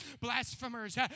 Blasphemers